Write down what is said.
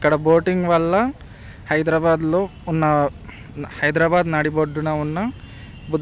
ఇక్కడ బోటింగ్ వల్ల హైదరాబాద్లో ఉన్న హైదరాబాద్ నడిబొడ్డున ఉన్న